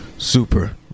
super